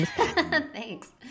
Thanks